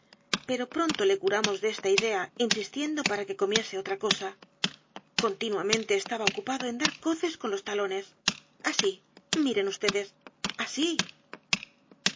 pero pronto le curamos de esta idea insistiendo para que comiese otra cosa continuamente estaba ocupado en dar coces con los talones asi miren vds así